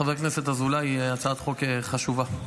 חבר הכנסת אזולאי, הצעת חוק חשובה.